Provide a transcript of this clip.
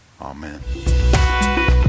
Amen